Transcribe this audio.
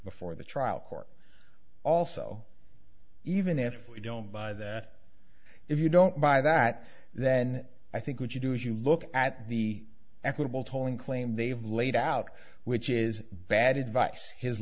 before the trial court also even if you don't buy that if you don't buy that then i think what you do is you look at the equitable tolling claim they've laid out which is bad advice his